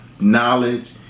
knowledge